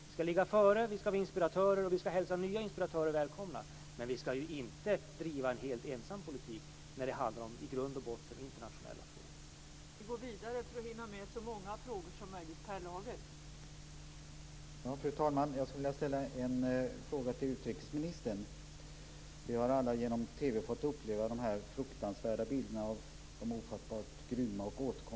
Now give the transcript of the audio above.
Vi skall ligga före, vi skall vara inspiratörer och vi skall hälsa nya inspiratörer välkomna, men vi skall inte helt ensamma driva en politik när det i grund och botten handlar om internationella frågor.